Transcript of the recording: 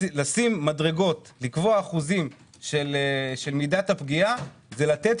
לשים מדרגות, לקבוע אחוזים של מידת הפגיעה זה לתת